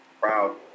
proud